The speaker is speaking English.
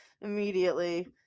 immediately